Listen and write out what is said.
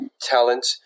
talent